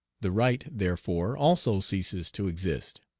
the right, therefore, also ceases to exist.